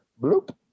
Bloop